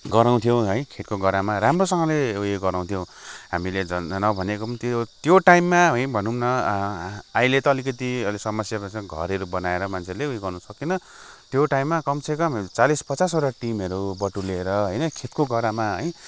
गराउँथ्यौँ है खेतको गरामा राम्रोसँगले उयोँ गराउँथौँ हामीले झन् नभनेको पनि त्यो टाइममा हामी भनौँ न अहिले त अलिकति समस्या पछि घरहरू बनाएर मान्छेले उयो गर्नु सकेन त्यो टाइममा हामीले कमसेकम चालिस पचासवटा टिमहरू बटुलेर होइन खेतको गरामा है